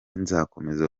nzakomeza